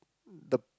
the